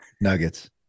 Nuggets